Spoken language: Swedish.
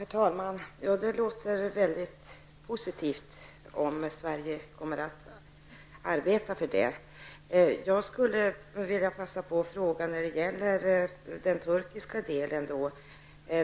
Herr talman! Det låter mycket positivt om Sverige kommer att arbeta på det sättet. Turkiet.